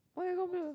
why you got blur